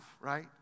Right